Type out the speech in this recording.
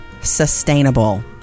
Sustainable